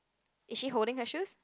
is she holding her shoes